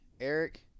Eric